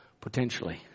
potentially